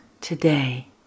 Today